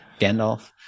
Gandalf